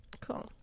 Cool